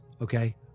Okay